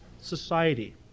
society